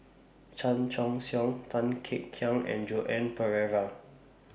Chan Choy Siong Tan Kek Hiang and Joan Pereira